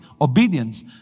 obedience